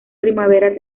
primavera